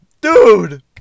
dude